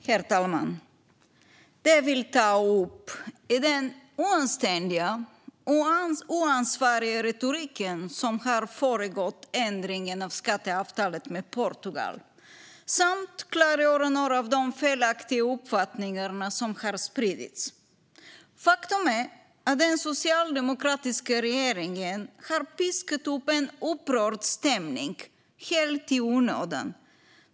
Herr talman! Jag vill ta upp den oanständiga och oansvariga retorik som har föregått ändringen av skatteavtalet med Portugal samt klargöra några av de felaktiga uppfattningar som har spridits. Faktum är att den socialdemokratiska regeringen har piskat upp en upprörd stämning, helt i onödan.